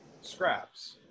scraps